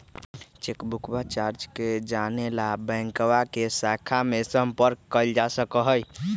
चेकबुकवा चार्ज के जाने ला बैंकवा के शाखा में संपर्क कइल जा सका हई